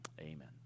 Amen